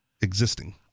existing